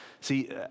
See